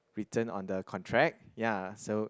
written on the contract ya so